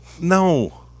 No